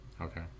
Okay